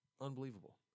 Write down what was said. Unbelievable